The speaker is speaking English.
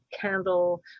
candle